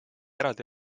eraldi